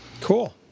Cool